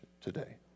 today